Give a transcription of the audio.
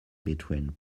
between